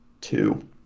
two